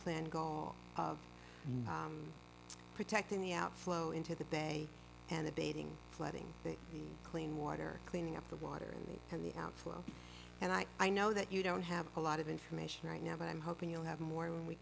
planned goal of protecting the outflow into the bay and abating flooding clean water cleaning up the water and the outflow and i i know that you don't have a lot of information right now but i'm hoping you'll have more when we